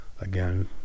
again